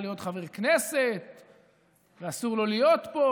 להיות חבר כנסת ואסור לו להיות פה,